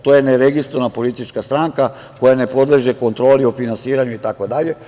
To je neregistrovana politička stranka koja ne podleže kontroli o finansiranju itd.